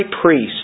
priest